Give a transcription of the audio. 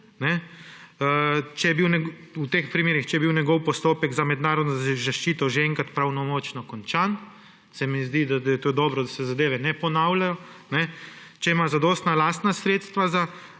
v teh primerih, če je bil njegov postopek za mednarodno zaščito že enkrat pravnomočno končan. Se mi zdi, da je to dobro, da se zadeve ne ponavljajo. Če ima zadostna lastna sredstva za